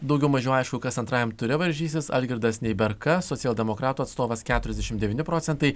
daugiau mažiau aišku kas antrajam ture varžysis algirdas neiberka socialdemokratų atstovas keturiasdešimt devyni procentai